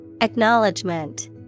Acknowledgement